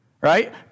right